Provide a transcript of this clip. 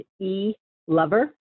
E-lover